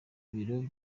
ibirori